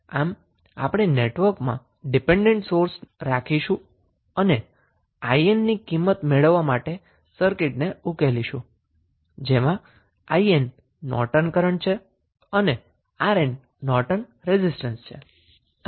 આમ આપણે નેટવર્કમાં ડિપેન્ડન્ટ સોર્સ રાખીશું અને 𝐼𝑁 ની કિંમત મેળવવા માટે સર્કિટને ઉકેલીશું જેમાં 𝐼𝑁 નોર્ટન કરન્ટ છે અને 𝑅𝑁 નોર્ટન રેઝિસ્ટન્સ છે